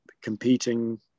competing